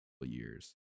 years